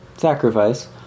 Sacrifice